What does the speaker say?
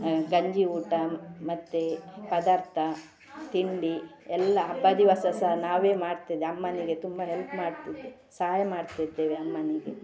ಗಂಜಿ ಊಟ ಮತ್ತು ಪದಾರ್ಥ ತಿಂಡಿ ಎಲ್ಲ ಹಬ್ಬದ ದಿವಸ ಸಹ ನಾವೇ ಮಾಡ್ತಿದ್ದೆ ಅಮ್ಮನಿಗೆ ತುಂಬ ಹೆಲ್ಪ್ ಮಾಡ್ತಿದ್ದೆ ಸಹಾಯ ಮಾಡ್ತಿದ್ದೇವೆ ಅಮ್ಮನಿಗೆ